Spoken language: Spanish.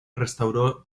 restauró